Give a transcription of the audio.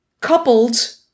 coupled